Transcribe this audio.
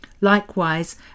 Likewise